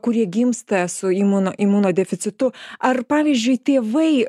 kurie gimsta su imuno imunodeficitu ar pavyzdžiui tėvai